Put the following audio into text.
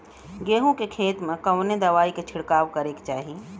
गेहूँ के खेत मे कवने दवाई क छिड़काव करे के चाही?